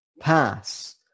pass